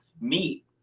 meet